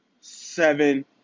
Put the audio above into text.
seven